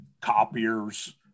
copiers